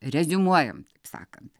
reziumuojam taip sakant